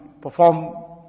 perform